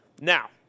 Now